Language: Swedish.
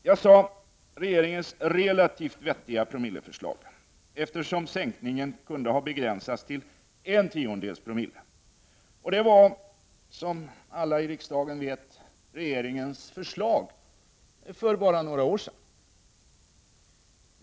Jag sade ”regeringens relativt vettiga promilleförslag”, eftersom sänkningen kunde ha begränsats till en tiondels promille. Det var, som alla i riksdagen vet, regeringens förslag för bara några år sedan.